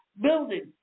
Building